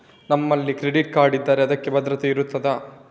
ನಮ್ಮಲ್ಲಿ credit card ಇದ್ದರೆ ಅದಕ್ಕೆ ಭದ್ರತೆ ಇರುತ್ತದಾ?